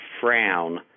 frown